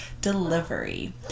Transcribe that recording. delivery